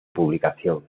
publicación